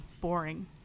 boring